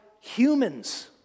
humans